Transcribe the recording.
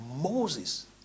Moses